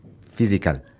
physical